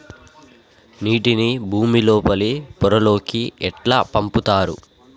నీటిని భుమి లోపలి పొరలలోకి ఎట్లా పంపుతరు?